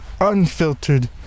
unfiltered